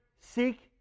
seek